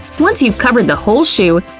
once you've covered the whole shoe,